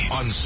on